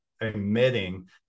emitting